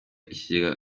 ikigega